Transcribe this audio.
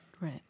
Right